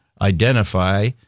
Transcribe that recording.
identify